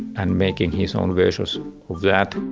and making his own versions of that.